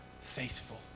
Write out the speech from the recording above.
faithful